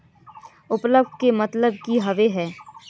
उर्वरक के मतलब की होबे है?